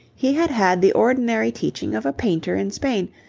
he had had the ordinary teaching of a painter in spain,